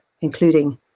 including